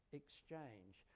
exchange